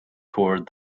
toward